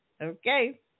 Okay